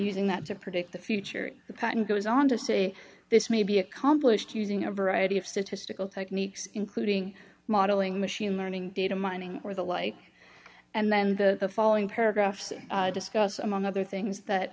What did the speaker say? using that to predict the future the patent goes on to say this may be accomplished using a variety of citrus tickle techniques including modeling machine learning data mining or the like and then the following paragraphs discuss among other things that